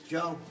Joe